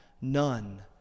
none